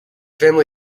family